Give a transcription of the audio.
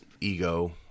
ego